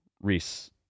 Reese